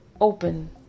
Open